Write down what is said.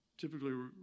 typically